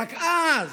רק אז